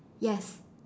yes